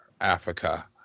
Africa